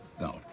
No